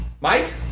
Mike